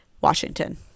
Washington